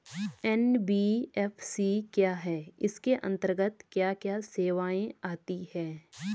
NBFC क्या है इसके अंतर्गत क्या क्या सेवाएँ आती हैं?